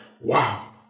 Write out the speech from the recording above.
wow